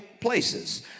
places